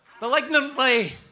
malignantly